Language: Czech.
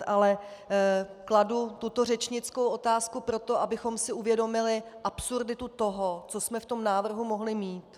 Ale kladu tuto řečnickou otázku proto, abychom si uvědomili absurditu toho, co jsme v tom návrhu mohli mít.